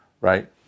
right